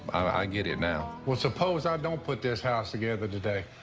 i get it now. well, suppose i don't put this house together today.